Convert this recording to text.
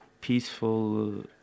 Peaceful